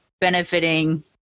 benefiting